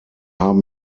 haben